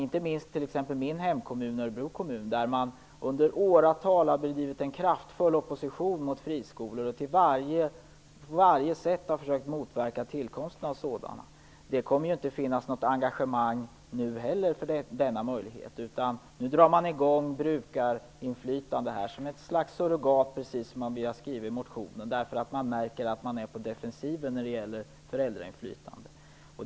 Inte minst i min hemkommun, Örebro kommun, har man under åratal bedrivit en kraftfull opposition mot friskolor och på varje sätt försökt motverka tillkomsten av sådana. Det kommer inte att finnas något engagemang nu heller för den möjligheten. Nu drar man i gång brukarinflytandet som ett slags surrogat, precis som det står i motionen, därför att man märker att man är på defensiven när det gäller föräldrainflytande.